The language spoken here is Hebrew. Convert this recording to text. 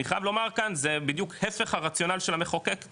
אני חייב לומר כאן זה בדיוק היפך הרציונל של המחוקק,